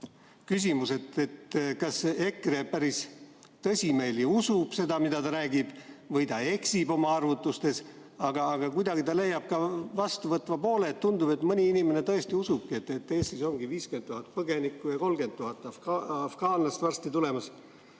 saagi, kas EKRE päris tõsimeeli usub seda, mida ta räägib, või ta eksib oma arvutustes. Aga kuidagi ta leiab ka vastuvõtva poole. Tundub, et mõni inimene tõesti usubki, et Eestis ongi 50 000 põgenikku ja 30 000 afgaani varsti tulemas.